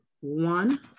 one